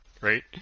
right